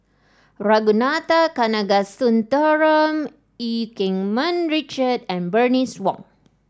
Ragunathar Kanagasuntheram Eu Keng Mun Richard and Bernice Wong